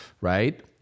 right